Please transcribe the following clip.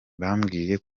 bambwiye